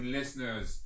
listeners